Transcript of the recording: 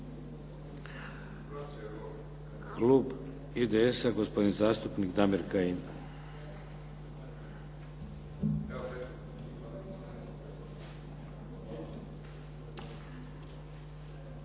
Klub IDS-a, gospodin zastupnik Damir Kajin.